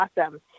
Awesome